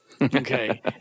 Okay